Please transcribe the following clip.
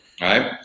right